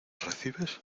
recibes